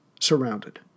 surrounded